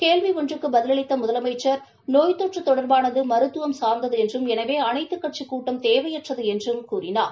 கேள்வி ஒன்றுக்கு பதிலளித்த முதலமைச்சா் நோய் தொற்று தொடா்பானது மருத்துவம் சாா்ந்தது எனவே அனைத்துக் கட்சி தேவையற்றது என்று கூறினார்